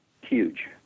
huge